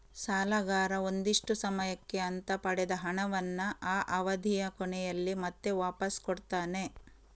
ಸಾಲಗಾರ ಒಂದಿಷ್ಟು ಸಮಯಕ್ಕೆ ಅಂತ ಪಡೆದ ಹಣವನ್ನ ಆ ಅವಧಿಯ ಕೊನೆಯಲ್ಲಿ ಮತ್ತೆ ವಾಪಾಸ್ ಕೊಡ್ತಾನೆ